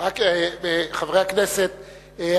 חברי הכנסת,